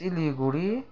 Siliguri